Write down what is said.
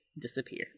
disappear